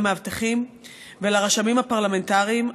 למאבטחים ולרשמים הפרלמנטריים.